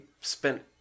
spent